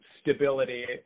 stability